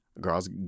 Girls